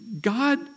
God